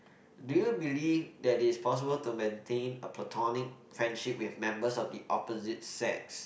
do you believe that it's possible to maintain a platonic friendship with members of the opposite sex